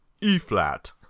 e-flat